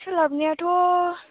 सोलाबनायाथ'